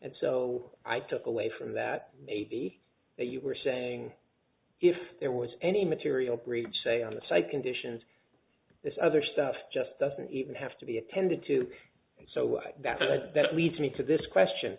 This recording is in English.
and so i took away from that maybe that you were saying if there was any material breach say on the site conditions this other stuff just doesn't even have to be attended to so that leads me to this question